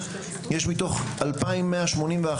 יש מתוך 2,181,